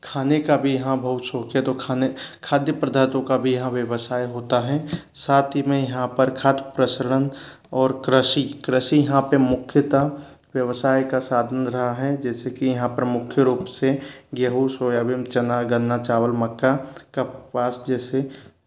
खाने का भी यहाँ बहुत शौक है तो खाने खाद्य पदार्थों का भी यहाँ व्यवसाय होता है साथ ही में यहाँ पर खाद्य प्रसरण और कृषि कृषि यहाँ पे मुख्यतः व्यवसाय का साधन रहा है जैसे की यहाँ मुख्य रूप से गेहूँ सोयाबीन चना गन्ना चावल मक्का कपास जैसे